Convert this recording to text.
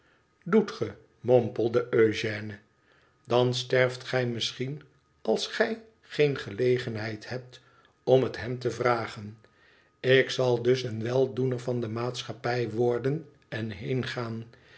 doet ge mompelde eugène dan sterft gij misschien als gij geen gelegenheid hebt om het hem te vragen ik zsd dus een weldoener van de maatschappij worden en heengaan